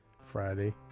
Friday